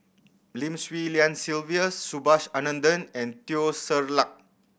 Lim Swee Lian Sylvia Subhas Anandan and Teo Ser Luck